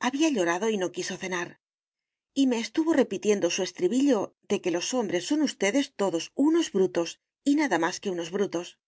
había llorado y no quiso cenar y me estuvo repitiendo su estribillo de que los hombres son ustedes todos unos brutos y nada más que unos brutos